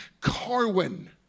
carwin